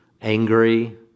angry